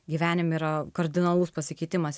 gyvenime yra kardinalus pasikeitimas